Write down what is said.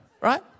right